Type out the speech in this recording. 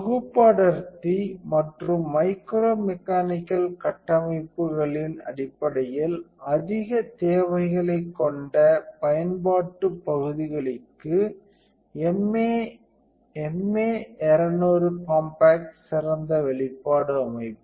தொகுப்பு அடர்த்தி மற்றும் மைக்ரோ மெக்கானிக்கல் கட்டமைப்புகளின் அடிப்படையில் அதிக தேவைகளைக் கொண்ட பயன்பாட்டு பகுதிகளுக்கு MA MA 200 காம்பாக்ட் சிறந்த வெளிப்பாடு அமைப்பு